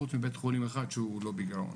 חוץ מבית חולים אחד שהוא עוד לא בגירעון.